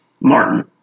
Martin